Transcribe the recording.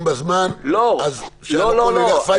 בזמן אז שהכול ילך פייפן כי מישהו אשם?